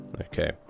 okay